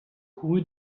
couru